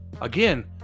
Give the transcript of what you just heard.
Again